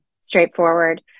straightforward